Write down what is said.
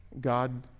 God